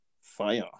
Fire